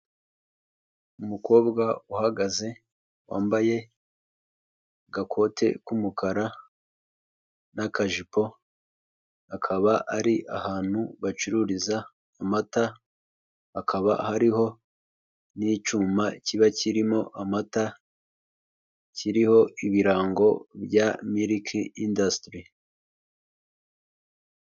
Umukobwa uhagaze, wambaye agakote k'umukara n'akajipo , akaba ari ahantu bacururiza amata, hakaba hariho n'icyuma kiba kirimo amata, kiriho ibirango bya miliki indasitiri.